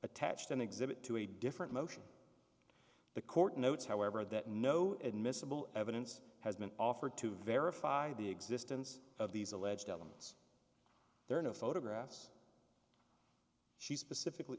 attached an exhibit to a different motion the court notes however that no admissible evidence has been offered to verify the existence of these alleged elements there are no photographs she specifically